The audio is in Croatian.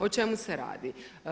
O čemu se radi?